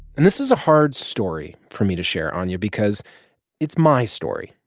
and this is a hard story for me to share, anya, because it's my story.